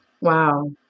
wow